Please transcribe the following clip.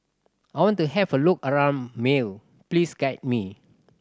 I want to have a look around Male please guide me